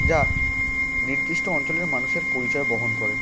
যা নির্দিষ্ট অঞ্চলের মানুষের পরিচয় বহন করে